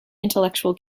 intellectual